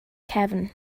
cefn